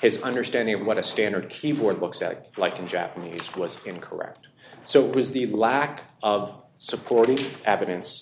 his understanding of what a standard keyboard looks like in japanese it was incorrect so was the lack of supporting evidence